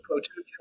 potential